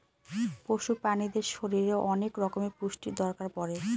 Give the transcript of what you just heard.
পশু প্রাণীদের শরীরে অনেক রকমের পুষ্টির দরকার পড়ে